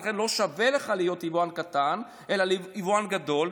ולכן לא שווה לך להיות יבואן קטן אלא יבואן גדול.